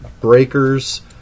breakers